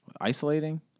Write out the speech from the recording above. isolating